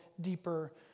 deeper